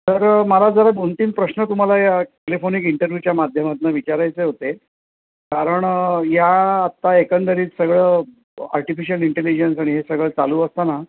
तर मला जरा दोन तीन प्रश्न तुम्हाला या टेलिफोनिक इंटरव्ह्यूच्या माध्यमातनं विचारायचे होते कारण या आत्ता एकंदरीत सगळं आर्टिफिशियल इंटेलिजन्स आणि हे सगळं चालू असताना